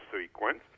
sequence